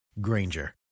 Granger